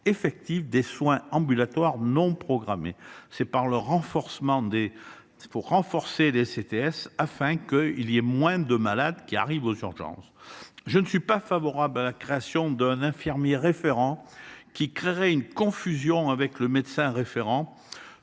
des soins ambulatoires non programmés. Il s’agit de renforcer les CPTS afin que moins de malades arrivent aux urgences. Je ne suis pas favorable à la création d’un infirmier référent, qui introduirait une confusion avec le médecin référent.